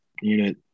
unit